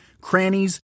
crannies